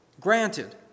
Granted